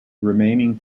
remaining